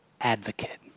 advocate